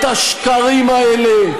את השקרים האלה,